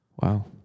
Wow